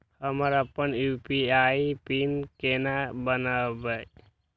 हम अपन UPI pin केना बनैब?